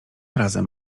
razem